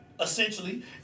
Essentially